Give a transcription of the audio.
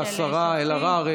השרה אלהרר,